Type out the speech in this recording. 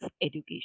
education